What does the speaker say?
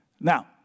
Now